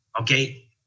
Okay